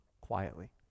quietly